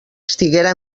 estiguera